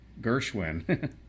Gershwin